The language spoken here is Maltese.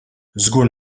żgur